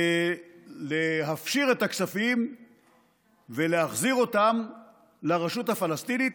להפשיר את הכספים ולהחזיר אותם לרשות הפלסטינית,